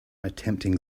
attempting